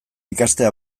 ikastea